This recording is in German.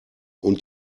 und